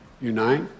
unite